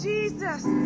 Jesus